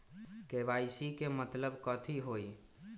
KYC के मतलब कथी होई?